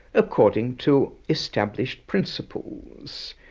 according to established principles.